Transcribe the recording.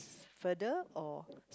further or